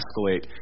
escalate